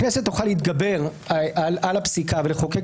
הכנסת תוכל להתגבר על הפסיקה ולחוקק